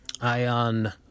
Ion